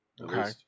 Okay